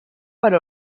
per